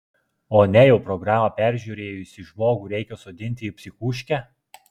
o nejau programą peržiūrėjusį žmogų reikia sodinti į psichuškę